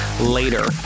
Later